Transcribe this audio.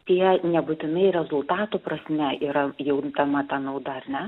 tie nebūtinai rezultatų prasme yra juntama ta nauda